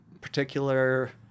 particular